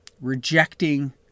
rejecting